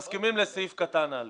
אנחנו מסכימים לסעיף קטן (א).